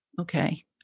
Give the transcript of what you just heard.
Okay